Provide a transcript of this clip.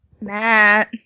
Matt